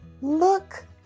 Look